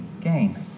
gain